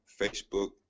Facebook